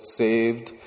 saved